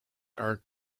are